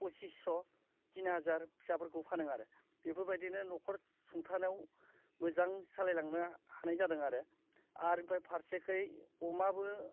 पसिस्स' तिन हाजार फिसाफोरखौ फानो आरो बेफोरबायदिनो न'खर सुंथानायाव मोजां सालायलांनो हानाय जादों आरो आरो ओमफ्राय फारसेखै अमाबो